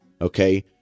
Okay